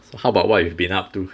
so how about what you we've been up to